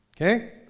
okay